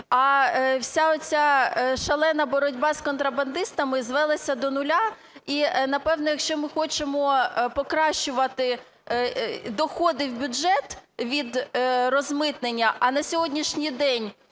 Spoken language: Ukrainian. А вся оця шалена боротьба з контрабандистами звелася до нуля. І, напевно, якщо ми хочемо покращувати доходи в бюджет від розмитнення, а на сьогоднішній день